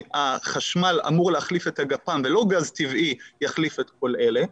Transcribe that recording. החשמל אמור להחליף את הגפ"מ ולא גז טבעי יחליף את כל אלה,